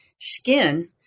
skin